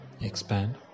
expand